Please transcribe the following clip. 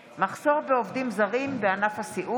הכנסת חוה אתי עטייה בנושא: מחסור בעובדים זרים בענף הסיעוד.